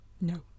no